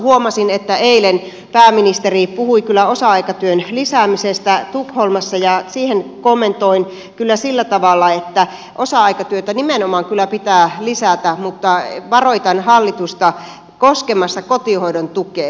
huomasin että eilen tukholmassa pääministeri puhui kyllä osa aikatyön lisäämisestä ja siihen kommentoin kyllä sillä tavalla että osa aikatyötä nimenomaan kyllä pitää lisätä mutta varoitan hallitusta koskemasta kotihoidon tukeen